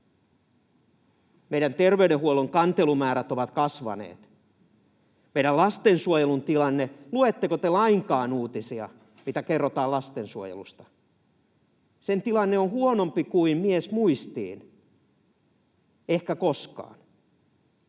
Meidän terveydenhuollon kantelumäärät ovat kasvaneet. Meidän lastensuojelun tilanne: Luetteko te lainkaan uutisia, mitä kerrotaan lastensuojelusta? Sen tilanne on huonompi kuin miesmuistiin, ehkä koskaan,